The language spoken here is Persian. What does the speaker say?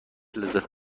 لذت